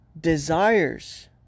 desires